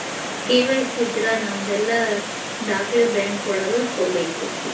KYC ಇದ್ರ ನಮದೆಲ್ಲ ದಾಖ್ಲೆ ಬ್ಯಾಂಕ್ ಒಳಗ ಕೊಡ್ಬೇಕು